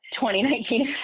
2019